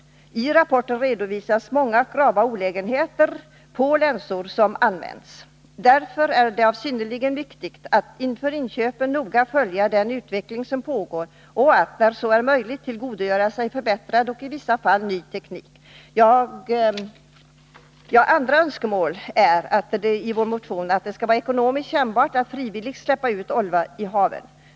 I rapporten redovisas också många och grava brister i de länsor som använts. Därför är det synnerligen viktigt att man inför inköpen noga följer den utveckling som pågår och att man, där så är möjligt, tillgodogör sig förbättrad och i vissa fall ny teknik. Andra önskemål i vår motion är att det skall vara ekonomiskt kännbart att frivilligt släppa ut olja i haven.